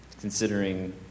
considering